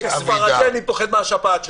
--- כספרדי אני פוחד מהשפעת שלי.